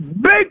Big